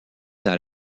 dans